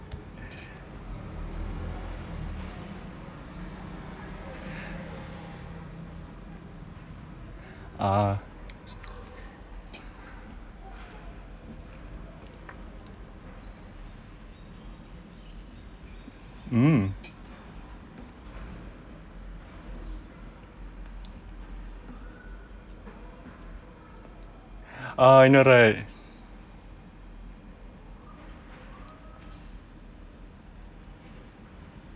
ah mm ah I know right